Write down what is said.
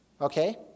Okay